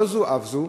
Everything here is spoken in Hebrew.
לא זו אף זו,